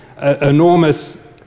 enormous